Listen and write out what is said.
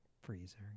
freezer